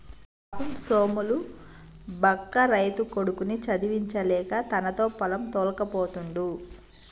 పాపం సోములు బక్క రైతు కొడుకుని చదివించలేక తనతో పొలం తోల్కపోతుండు